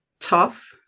tough